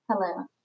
Hello